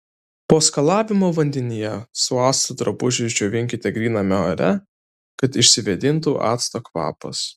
po skalavimo vandenyje su actu drabužius džiovinkite gryname ore kad išsivėdintų acto kvapas